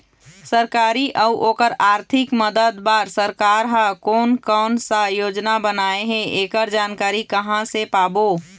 सरकारी अउ ओकर आरथिक मदद बार सरकार हा कोन कौन सा योजना बनाए हे ऐकर जानकारी कहां से पाबो?